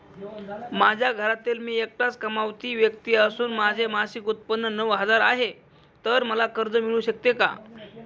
माझ्या घरातील मी एकटाच कमावती व्यक्ती असून माझे मासिक उत्त्पन्न नऊ हजार आहे, तर मला कर्ज मिळू शकते का?